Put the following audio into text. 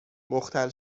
مختل